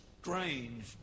strange